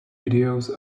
videos